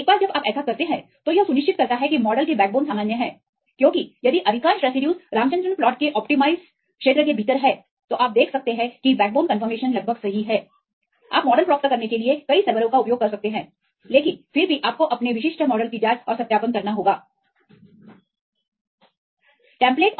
एक बार जब आप ऐसा करते हैं तो यह सुनिश्चित करता है कि मॉडल की बैकबोन सामान्य है क्योंकि यदि अधिकांश रेसिड्यूज रामचंद्रन प्लॉटस के अनुमत क्षेत्र के भीतर हैं तो आप देख सकते हैं कि बैकबोन कन्फर्मेशन लगभग सही है आप मॉडल प्राप्त करने के लिए कई सर्वरों का उपयोग कर सकते हैं लेकिन फिर भी आपको अपने विशिष्ट मॉडल की जांच और सत्यापन करना होगा So we see the Ramachandran plot then if you have the template and the a query you will get almost similar why it is similar